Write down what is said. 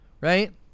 right